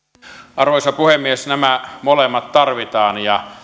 arvoisa puhemies nämä molemmat tarvitaan ja